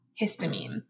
histamine